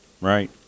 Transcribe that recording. right